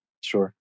Sure